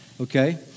Okay